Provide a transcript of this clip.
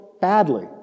badly